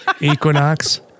Equinox